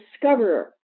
discoverer